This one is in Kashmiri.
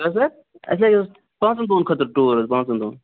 کیٛاہ سا اسے اوس پانٛژن دۅہَن خٲطرٕ ٹوٗر حظ پانٛژن دۅہَن